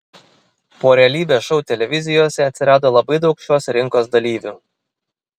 po realybės šou televizijose atsirado labai daug šios rinkos dalyvių